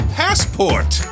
passport